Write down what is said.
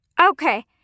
Okay